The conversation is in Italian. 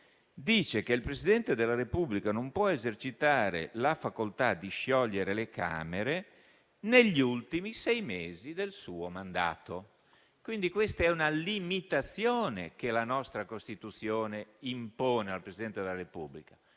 dice che il Presidente della Repubblica non può esercitare la facoltà di sciogliere le Camere negli ultimi sei mesi del suo mandato. Quindi, questa è una limitazione che la nostra Costituzione impone al Presidente della Repubblica: